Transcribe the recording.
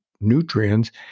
nutrients